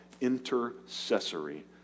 Intercessory